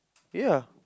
ya